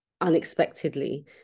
unexpectedly